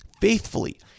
faithfully